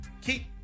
keep